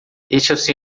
este